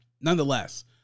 nonetheless